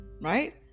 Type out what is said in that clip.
right